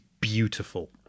beautiful